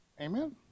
Amen